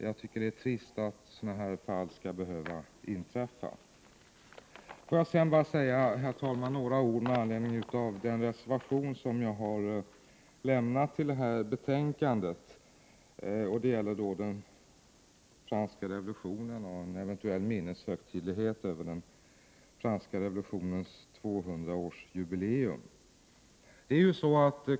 Jag tycker att det är tråkigt att sådana här fall skall behöva uppkomma. Herr talman! Jag vill sedan bara säga några ord med anledning av den reservation som jag har lämnat till detta betänkande. Den gäller den franska revolutionen och en eventuell minneshögtidlighet i samband med franska revolutionens 200-årsjubileum.